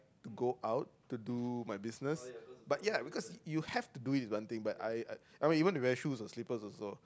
to go out to do my business but ya because you have to do it one thing but I I wear shoe or slipper also